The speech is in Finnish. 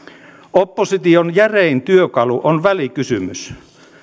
opposition järein työkalu on välikysymys